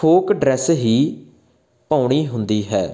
folk dress ਹੀ ਪਾਉਣੀ ਹੁੰਦੀ ਹੈ